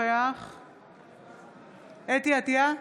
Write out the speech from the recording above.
נוכח חוה אתי עטייה,